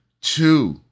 Two